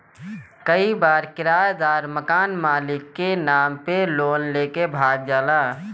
कई बार किरायदार मकान मालिक के नाम पे लोन लेके भाग जाला